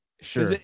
sure